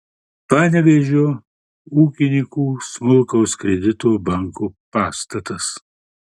panevėžio ūkininkų smulkaus kredito banko pastatas